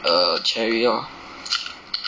err cherry lor